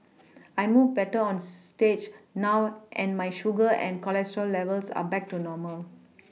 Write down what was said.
I move better on stage now and my sugar and cholesterol levels are back to normal